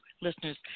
listeners